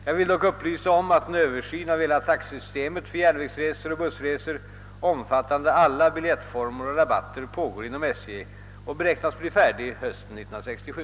Jag vill dock upplysa om att en översyn av hela taxesystemet för järnvägsresor och bussresor omfattande alla biljettformer och rabatter pågår inom SJ och beräknas bli färdig hösten 1967.